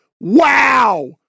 Wow